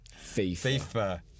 FIFA